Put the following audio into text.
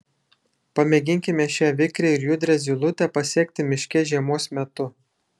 pamėginkime šią vikrią ir judrią zylutę pasekti miške žiemos metu